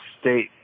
state